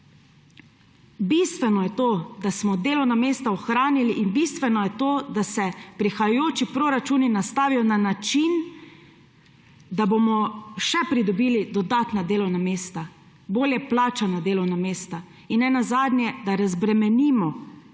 Bistveno je to, da smo delovna mesta ohranili, in bistveno je to, da se prihajajoči proračuni nastavijo na način, da bomo pridobili še dodatna delovna mesta, bolje plačana delovna mesta, in ne nazadnje, da razbremenimo same